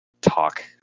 talk